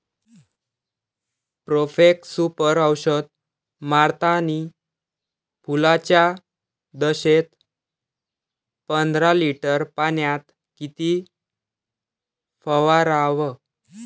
Profex Super औषध मारतानी फुलाच्या दशेत पंदरा लिटर पाण्यात किती फवाराव?